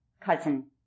cousin